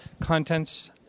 contents